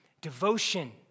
devotion